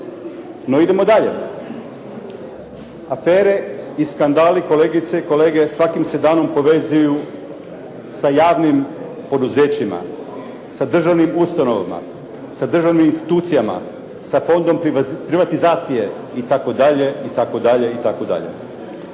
No idemo dalje. Afere i skandali, kolegice i kolege, svakim se danom povezuju sa javnim poduzećima, sa državnim ustanovama, sa državnim institucijama, sa Fondom privatizacije, itd., itd., itd.